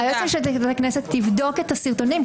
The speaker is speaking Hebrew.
היועצת המשפטית לכנסת תבדוק את הסרטונים.